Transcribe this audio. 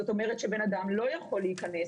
זאת אומרת שבן אדם לא יכול להיכנס